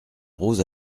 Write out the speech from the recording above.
rose